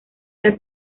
las